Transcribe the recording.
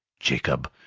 jacob,